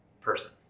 person